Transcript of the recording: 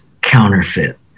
counterfeit